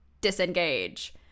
Disengage